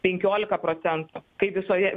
penkiolika procentų kai visoje